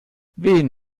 wen